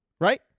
Right